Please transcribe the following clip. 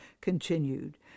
continued